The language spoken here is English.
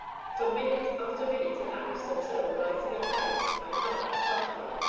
for minute after minute elapsed until, rising at length, i knocked softly.